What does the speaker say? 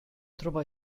trovò